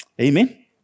Amen